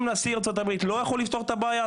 אם נשיא ארצות הברית לא יכול לפתור את הבעיה,